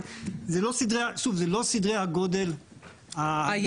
אבל זה לא סדרי הגודל הגדולים,